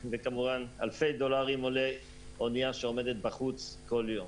כמובן שאונייה שעומדת בחוץ עולה אלפי דולרים כל יום.